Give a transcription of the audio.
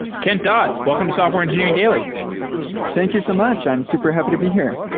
kent dodds, welcome to software engineering daily thank you so much. i'm super happy to be here.